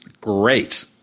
great